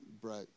Brett